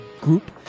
group